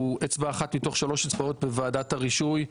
הוא אצבע אחת מתוך שלוש הצבעות בוועדת הרישוי,